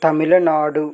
Tamil Nadu